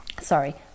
sorry